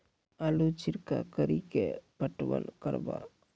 आलू छिरका कड़ी के पटवन करवा?